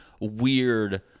weird